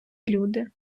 люди